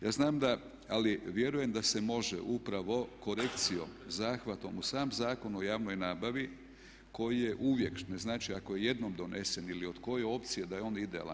Ja znam da, ali vjerujem da se može upravo korekcijom, zahvatom u sam Zakon o javnoj nabavi koji je uvijek, ne znači ako je jednom donesen ili od koje opcije da je on idealan.